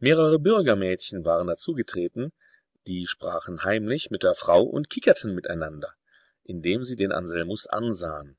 mehrere bürgermädchen waren dazugetreten die sprachen heimlich mit der frau und kickerten miteinander indem sie den anselmus ansahen